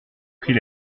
pris